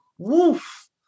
woof